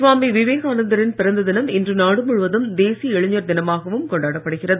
சுவாமி விவேகானந்தரின் பிறந்த தினம் இன்று நாடு முழுவதும் தேசிய இளைஞர் தினமாகவும் கொண்டாடப்படுகிறது